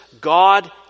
God